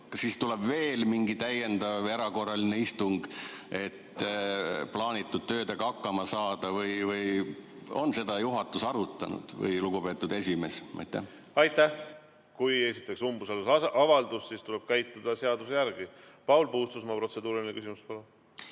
siis tuleb veel mingi täiendav erakorraline istung, et plaanitud töödega hakkama saada? On juhatus või lugupeetud esimees seda arutanud? Kui esitatakse umbusaldusavaldus, siis tuleb käituda seaduse järgi. Paul Puustusmaa, protseduuriline küsimus,